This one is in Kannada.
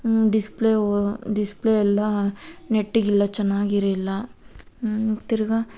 ಡಿಸ್ಪ್ಲೇ ಹೊ ಡಿಸ್ಪ್ಲೇ ಎಲ್ಲ ನೆಟ್ಟಗಿಲ್ಲ ಚೆನ್ನಾಗಿರಿಲ್ಲ ತಿರ್ಗಾ